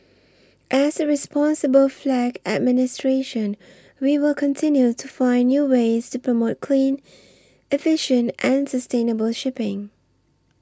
as a responsible flag administration we will continue to find new ways to promote clean efficient and sustainable shipping